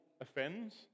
offends